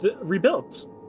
rebuilt